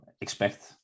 expect